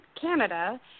Canada